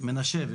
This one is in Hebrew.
מנשה.